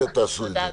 תעשו את זה.